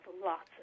lots